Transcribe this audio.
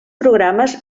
programes